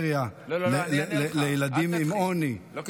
בפריפריה, לילדים עם עוני, לא, אל תתחיל.